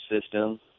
system